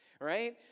right